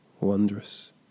Wondrous